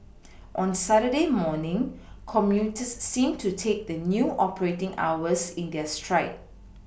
on Saturday morning commuters seemed to take the new operating hours in their stride